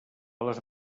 les